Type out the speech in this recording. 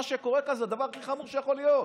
שקורה כאן זה הדבר הכי חמור שיכול להיות.